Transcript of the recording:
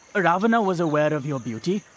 ravana was aware of your beauty.